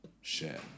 share